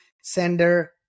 sender